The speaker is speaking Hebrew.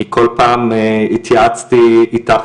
כי כל פעם התייעצתי איתך,